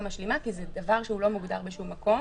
משלימה כי זה דבר שלא מוגדר בשום מקום.